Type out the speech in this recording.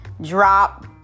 drop